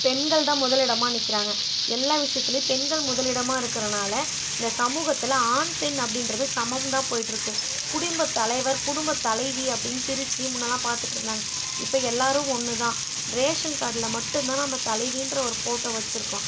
பெண்கள் தான் முதலிடமாக நிற்கிறாங்க எல்லா விஷயத்துலே பெண்கள் முதலிடமாக இருக்கிறனால இந்த சமூகத்தில் ஆண் பெண் அப்படின்றது சமம் தான் போயிட்டுருக்கு குடும்பத்தலைவர் குடும்பத்தலைவி அப்படின்னு பிரிச்சு முன்னெல்லாம் பார்த்துட்ருந்தாங்க இப்போ எல்லாரும் ஒன்று தான் ரேஷன் கார்டில் மட்டும்தான் நம்ம தலைவின்ற ஒரு ஃபோட்டோ வச்சிருக்கோம்